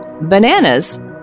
bananas